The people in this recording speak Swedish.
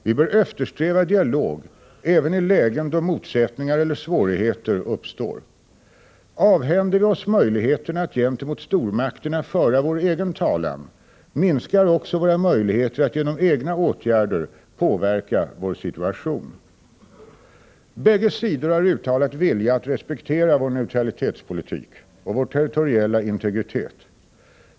Vi bör eftersträva dialog även i lägen då motsättningar eller svårigheter uppstår. Avhänder vi oss möjligheterna att gentemot stormakterna föra vår egen talan, minskar också våra möjligheter att genom egna åtgärder påverka vår situation. Bägge sidor har uttalat vilja att respektera vår neutralitetspolitik och vår territoriella integritet.